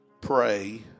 pray